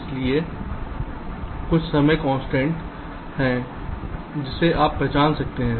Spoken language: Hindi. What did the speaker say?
इसलिए कुछ समय की कंस्ट्रेंट्स है जिसे आप पहचान सकते हैं